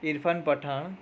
Irfan Pathan